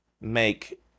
make